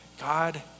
God